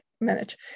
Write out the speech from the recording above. manage